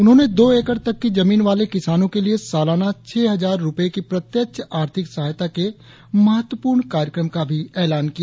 उन्होंने दो एकड़ तक की जमीन वाले किसानों के लिए सालाना छह हजार रुपये की प्रत्यक्ष आर्थिक सहायता के महत्वपूर्ण कार्यक्रम का भी ऎलान किया